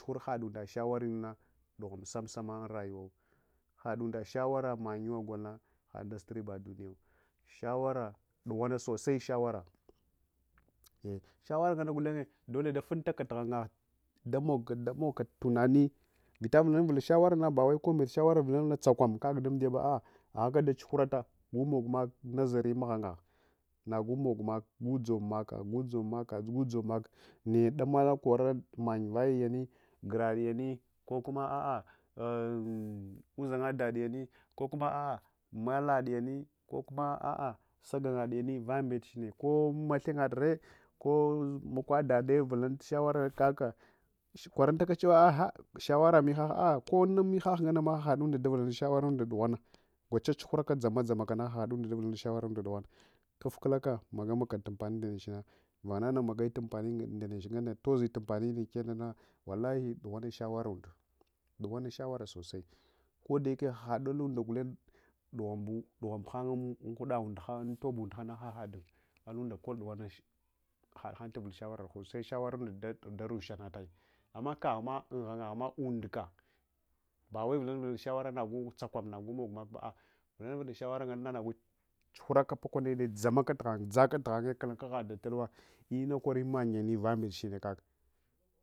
Haɗ unɗa shawar manyu gona haɗaz riba duniyawo, shawara dughuwanga sosai shawara eh shawara nganna gulenye ɗoleɗa funtaka tuhan’ngaha ɗamukmak tunani vita vulana vulal shawarana bawal kombet shawara vulanalna nagu tsakwaka dumbiyaba tsakwam kaka ɗumdiyo anaka ɗa tsuhurata gumok mak nazari mahan’ngaha nagu mokmak nagu dzommakah naya ɗamala kwara manya vayani, guradiyani kokuna a’a uzanga dadiya nt kokurna a’a niclaɗiyani kokuma a’a sagangaɗiyani vambelechine komahe nyadire komakwa dade vulanat shawara kaka kwaruntakana cewa a’hah shawara mihah, a’a ko unmuhah nganama aha’unɗa ɗavulanu shawara dughuwanga matsatsurah dzama ɗzamakana aha’undunɗa ɗavulanata shawara ɗughuwanga kuvkulaka magamagaka amfani ndechina vanan a magayi amfani ndanchiya nganna todzi tu ampani ndanechkanana unkenana walahi dughhwana shawara sosai koda yeke ahalahunde dughwi dughun kahe haha tuvul shawara nahu se shawani nda danshanatai amma kaluma unhang nyahma unawa.